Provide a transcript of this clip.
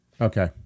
Okay